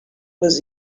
was